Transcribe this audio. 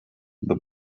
the